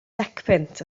decpunt